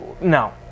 No